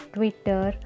Twitter